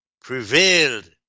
prevailed